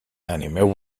animeu